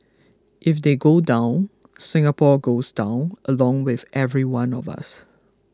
if they go down Singapore goes down along with every one of us